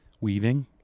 weaving